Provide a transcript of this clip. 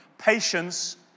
Patience